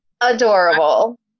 Adorable